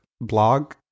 blog